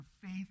faith